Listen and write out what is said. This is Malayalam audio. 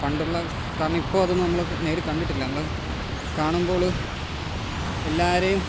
പണ്ടുള്ള കാരണം ഇപ്പോൾ അതൊന്നും നമ്മൾ നേരിൽ കണ്ടിട്ടില്ല നമ്മൾ കാണുമ്പോൾ എല്ലാവരെയും